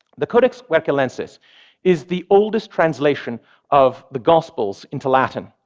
the codex vercellensis is the oldest translation of the gospels into latin,